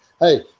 Hey